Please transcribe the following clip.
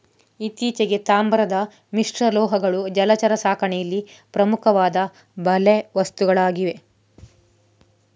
ಇತ್ತೀಚೆಗೆ, ತಾಮ್ರದ ಮಿಶ್ರಲೋಹಗಳು ಜಲಚರ ಸಾಕಣೆಯಲ್ಲಿ ಪ್ರಮುಖವಾದ ಬಲೆ ವಸ್ತುಗಳಾಗಿವೆ